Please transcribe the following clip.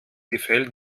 gefällt